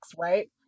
right